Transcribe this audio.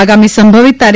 આગામી સંભવિત તા